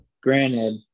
Granted